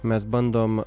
mes bandom